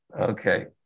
Okay